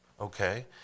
Okay